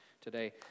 today